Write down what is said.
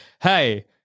hey